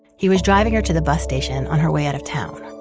he was driving her to the bus station on her way out of town.